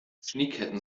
schneeketten